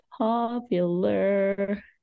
Popular